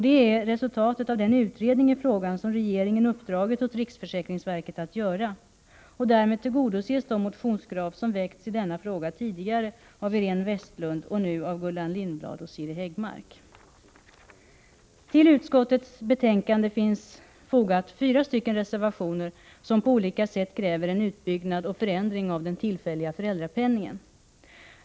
Det är resultatet av den utredning i frågan som regeringen uppdragit åt riksförsäkringsverket att göra. Därmed tillgodoses de motionskrav som tidigare väckts i denna fråga av Iréne Vestlund och nu av Gullan Lindblad och Siri Häggmark. Till utskottets betänkande finns fogade fyra reservationer som på olika sätt kräver en utbyggnad och förändring av den tillfälliga föräldrapenningen.